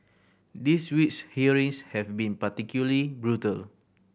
this week's hearings have been particularly brutal